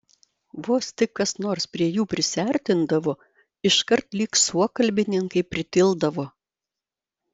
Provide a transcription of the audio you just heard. vos tik kas nors prie jų prisiartindavo iškart lyg suokalbininkai pritildavo